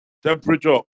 Temperature